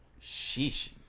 Sheesh